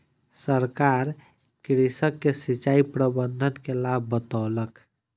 सरकार कृषक के सिचाई प्रबंधन के लाभ बतौलक